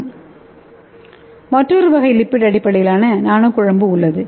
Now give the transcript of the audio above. slide நேரத்தைப் பார்க்கவும் 1153 மற்றொரு வகை லிப்பிட் அடிப்படையிலான நானோ குழம்பு உள்ளது